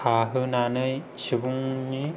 खाहोनानै सुबुंनि